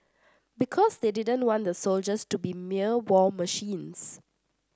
because they didn't want the soldiers to be mere war machines